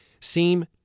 seem